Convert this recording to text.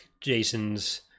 Jason's